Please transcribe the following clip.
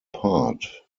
part